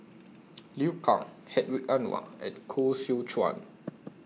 Liu Kang Hedwig Anuar and Koh Seow Chuan